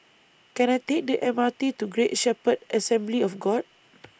Can I Take The M R T to Great Shepherd Assembly of God